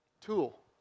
tool